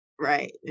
Right